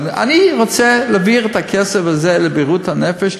אני רוצה להעביר את הכסף הזה לבריאות הנפש.